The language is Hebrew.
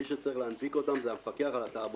מי שצריך להנפיק אותן זה המפקח על התעבורה.